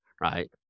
right